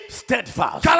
steadfast